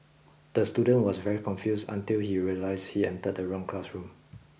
the student was very confused until he realised he entered the wrong classroom